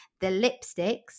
thelipsticks